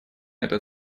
этот